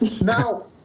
Now